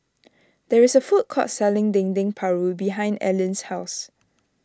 there is a food court selling Dendeng Paru behind Allean's house